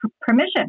permission